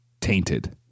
tainted